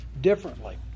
differently